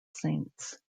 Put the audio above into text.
saints